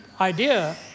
idea